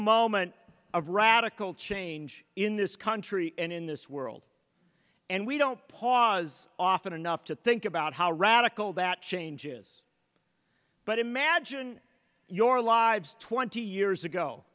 moment of radical change in this country and in this world and we don't pause often enough to think about how radical that change is but imagine your lives twenty years ago